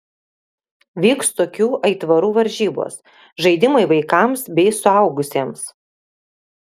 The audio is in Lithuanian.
vyks tokių aitvarų varžybos žaidimai vaikams bei suaugusiems